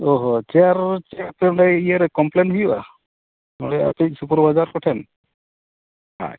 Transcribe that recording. ᱚᱻ ᱦᱚᱸ ᱪᱟᱨ ᱪᱟᱨ ᱤᱭᱟᱹᱨᱮ ᱠᱚᱢᱯᱞᱮᱱ ᱦᱩᱭᱩᱜᱼᱟ ᱱᱚᱰᱮ ᱟᱯᱮᱭᱤᱡ ᱥᱩᱯᱟᱨᱵᱷᱟᱭᱡᱟᱨ ᱠᱚᱴᱷᱮᱱ ᱟᱪᱪᱷᱟ